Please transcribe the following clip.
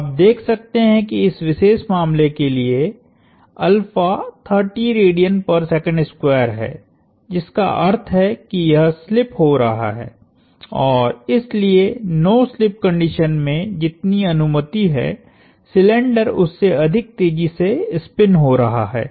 तो आप देख सकते हैं कि इस विशेष मामले के लिएहै जिसका अर्थ है कि यह स्लिप हो रहा है और इसलिए नो स्लिप कंडीशन में जितनी अनुमति है सिलिंडर उससे अधीक तेजी से स्पिन हो रहा है